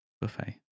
buffet